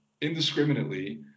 indiscriminately